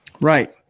Right